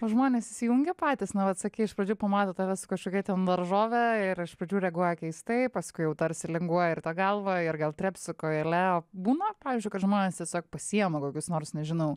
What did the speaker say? o žmonės įsijungia patys na vat sakei iš pradžių pamato tave su kažkokia ten daržove ir iš pradžių reaguoja keistai paskui jau tarsi linguoja ir ta galva ir gal trepsi kojele o būna pavyzdžiui kad žmonės tiesiog pasiima kokius nors nežinau